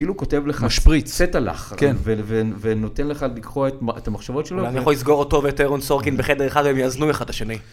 כאילו הוא כותב לך משפריץ, צטלך, ונותן לך לקרוא את המחשבות שלו. אולי אני יכול לסגור אותו ואת ארון סורקין בחדר אחד והם יאזנו אחד את השני